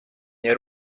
nie